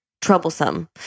troublesome